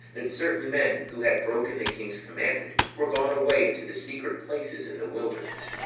that certain men, who had broken the king's commandment, were gone away into the secret places in the wilderness,